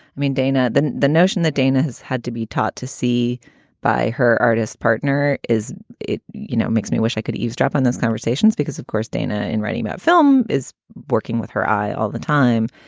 i mean, dana, the the notion that dana has had to be taught to see by her artist partner, is it you know, makes me wish i could eavesdrop on those conversations because, of course, dana, in writing that film is working with her eye all the time.